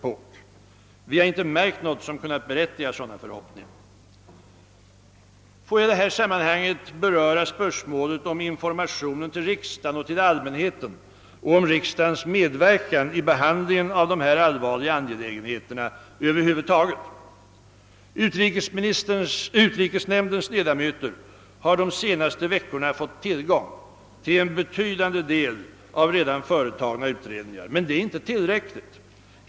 Vi har inte märkt något som kunnat berättiga sådana förhoppningar. Får jag i detta sammanhang beröra spörsmålet om informationen till riksdagen och till allmänheten och om riksdagens medverkan i behandlingen av dessa allvarliga angelägenheter över huvud taget. Utrikesnämndens ledamöter har de senaste veckorna fått tillgång till en betydande del av redan företagna utredningar. Men det är inte tillräckligt.